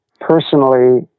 Personally